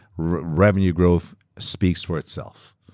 revenue growth speaks for itself.